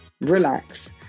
relax